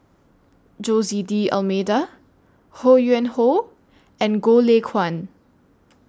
Jose D'almeida Ho Yuen Hoe and Goh Lay Kuan